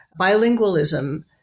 bilingualism